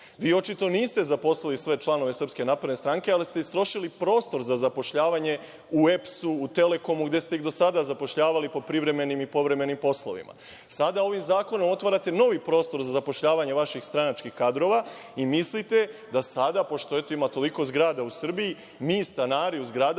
očito niste zaposlili sve članove SNS, ali ste istrošili prostor za zapošljavanje u EPS, u Telekomu, gde ste ih do sada zapošljavali po privremenim i povremenim poslovima. Sada ovim zakonom otvarate novi prostor za zapošljavanje vaših stranačkih kadrova i mislite da sada, pošto eto, ima toliko zgrada u Srbiji, mi stanari u zgradama